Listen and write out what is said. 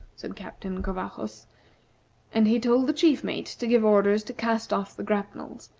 said captain covajos and he told the chief mate to give orders to cast off the grapnels,